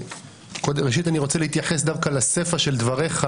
ראשית אני רוצה להתייחס דווקא לסיפא של דבריך